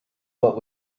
what